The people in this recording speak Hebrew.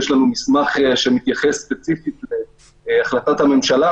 ויש לנו מסמך שמתייחס ספציפית להחלטת הממשלה